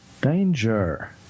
danger